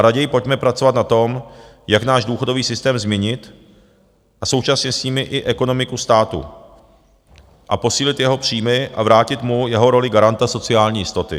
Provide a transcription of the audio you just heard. Raději pojďme pracovat na tom, jak náš důchodový systém změnit a současně s tím i ekonomiku státu a posílit jeho příjmy a vrátit mu jeho roli garanta sociální jistoty.